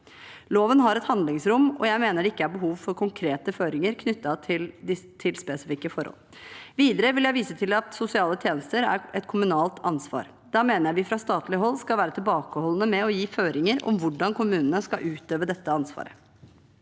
Loven har et handlingsrom, og jeg mener det ikke er behov for konkrete føringer knyttet til spesifikke forhold. Videre vil jeg vise til at sosiale tjenester er et kommunalt ansvar. Da mener jeg vi fra statlig hold skal være tilbakeholdne med å gi føringer om hvordan kommunene skal utøve dette ansvaret.